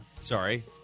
Sorry